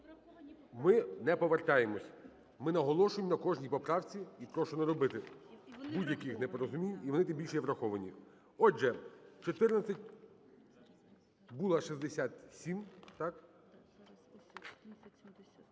Ми не повертаємося. Ми наголошуємо на кожній поправці і прошу не робити будь-яких непорозумінь, і вони тим більше є враховані. Отже, була 1467, так. 68. Не наполягає.